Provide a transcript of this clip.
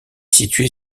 situé